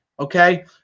Okay